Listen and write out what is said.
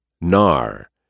NAR